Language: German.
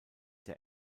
der